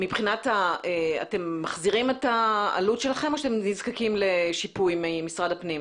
אתם מחזירים את העלות שלכם או שאתם נזקקים לשיפוי ממשרד האוצר?